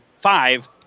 five